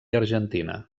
argentina